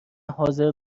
حاضر